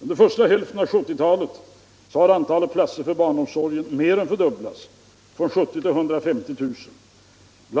Under första hälften av 1970 talet har antalet platser för barnomsorg mer än fördubblats, från ca 70 000 år 1970 till inemot 150 000 år 1975. Bl.